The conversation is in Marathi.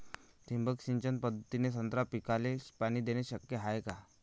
ठिबक सिंचन पद्धतीने संत्रा पिकाले पाणी देणे शक्य हाये का?